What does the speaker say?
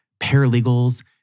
paralegals